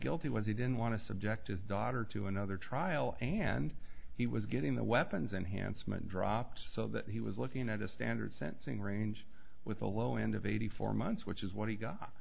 guilty was he didn't want to subjected daughter to another trial and he was getting the weapons and handsome and drops so that he was looking at a standard sensing range with a low end of eighty four months which is